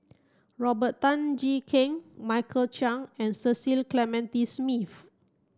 Robert Tan Jee Keng Michael Chiang and Cecil Clementi Smith